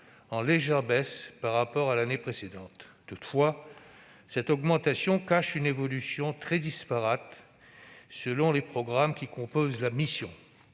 en légère hausse par rapport à l'année précédente. Toutefois cette augmentation cache une évolution très disparate selon les programmes qui composent la mission.